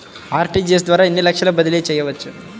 RTGS ద్వారా ఎన్ని లక్షలు బదిలీ చేయవచ్చు?